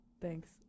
Thanks